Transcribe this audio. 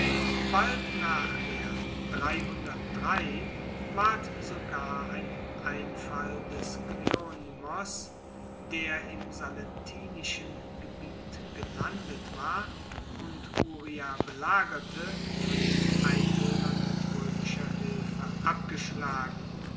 bald nachher ward sogar ein einfall des kleonymos der im sallentinischen gebiet gelandet war und uria belagerte von den einwohnern mit roemischer hilfe abgeschlagen